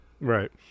Right